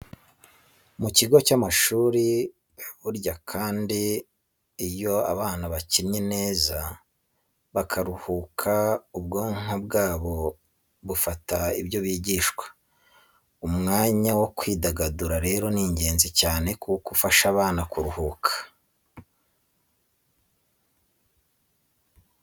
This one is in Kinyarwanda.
Mu kigo cy'amashuri, abanyeshuri baba bagomba kugira igihe runaka cyo kuruhuka bagakina bakanidagadura kugira ngo babone uko bakomeza amasomo yabo neza bafite umwete n'umurava. Kandi burya iyo abana bakinnye neza bakaruhura ubwonko bafata vuba ibyo bigishwa. Umwanya wo kwidagadura rero ni ingenzi cyane kuko ufasha abana kuruhuka.